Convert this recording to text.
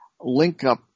link-up